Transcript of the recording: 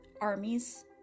armies